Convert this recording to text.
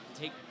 take